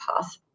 path